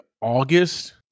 August